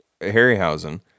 Harryhausen